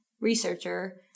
researcher